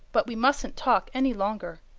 but we mustn't talk any longer.